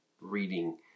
reading